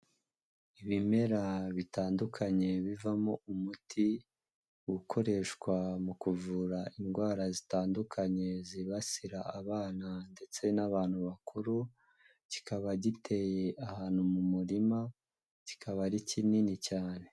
Ibimera bitandukanye bivamo umuti ukoreshwa mu kuvura indwara zitandukanye zibasira abana ndetse n'abantu bakuru, kikaba giteye ahantu mu murima kikaba ari kinini cyane.